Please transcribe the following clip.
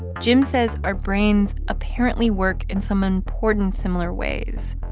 jim says our brains apparently work in some important similar ways.